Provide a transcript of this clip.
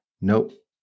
Nope